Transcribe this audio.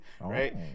right